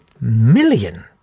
million